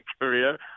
career